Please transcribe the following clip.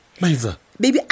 baby